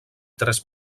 tres